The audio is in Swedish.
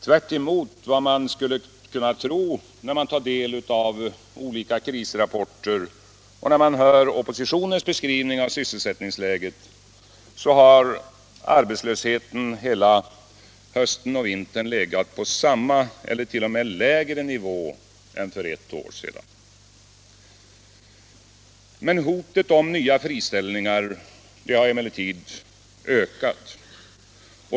Tvärtemot vad man skulle kunna tro när man tar del av olika krisrapporter och hör Allmänpolitisk debatt Allmänpolitisk debatt oppositionens beskrivning av sysselsättningsläget, har arbetslösheten hela hösten och vintern legat på samma eller t.o.m. lägre nivå än för ett år sedan. Hotet om nya friställningar har emellertid ökat.